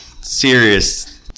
serious